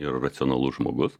ir racionalus žmogus